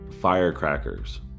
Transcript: firecrackers